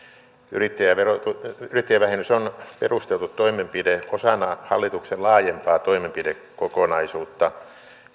yrittäjävähennys on perusteltu toimenpide osana hallituksen laajempaa toimenpidekokonaisuutta